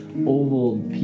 oval